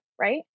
Right